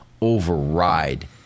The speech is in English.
override